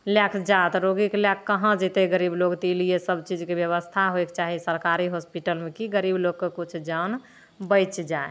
लैके जा तऽ रोगीके लैके कहाँ जेतै गरीब लोक तऽ ई लिए सबचीजके बेबस्था होइके चाही सरकारी हॉस्पिटलमे कि गरीब लोकके किछु जान बचि जाइ